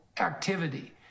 activity